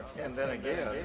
and then again,